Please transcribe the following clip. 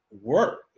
work